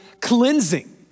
cleansing